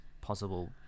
possible